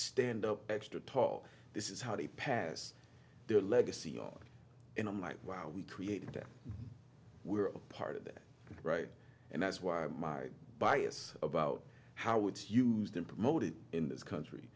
stand up extra tall this is how they pass their legacy on and i'm like wow we created that we are a part of that right and that's why my bias about how it's used in promoted in this country